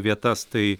vietas tai